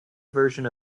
version